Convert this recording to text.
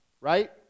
Right